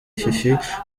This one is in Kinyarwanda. fifi